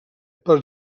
per